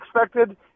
expected